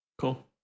cool